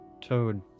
Toad